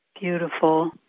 beautiful